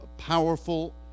powerful